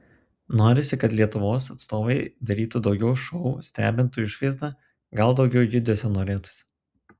norisi kad lietuvos atstovai darytų daugiau šou stebintų išvaizda gal daugiau judesio norėtųsi